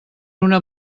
una